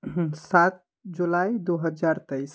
सात जुलाई दो हज़ार तईस